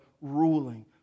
ruling